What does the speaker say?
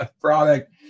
product